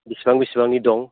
बेसेबां बेसेबांनि दं